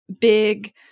big